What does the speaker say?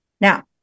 Now